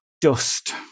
dust